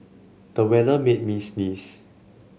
the weather made me sneeze